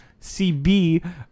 CB